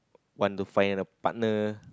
want to find a partner